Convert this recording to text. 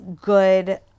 good